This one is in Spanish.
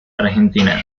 argentina